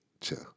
Chill